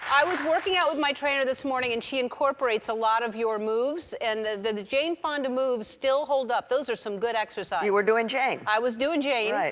i was working out with my trainer this morning and she incorporates a lot of your moves. and the jane fonda moves still hold up. those are some good exercises. you were doing jane. i was doing jane.